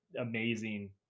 amazing